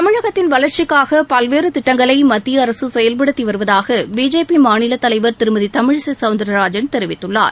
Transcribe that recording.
தமிழகத்தின் வளர்ச்சிக்காக பல்வேறு திட்டங்களை மத்திய அரசு செயல்படுத்தி வருவதாக பிஜேபி மாநிலத் தலைவர் திருமதி தமிழிசை சௌந்தரராஜன் தெரிவித்துள்ளார்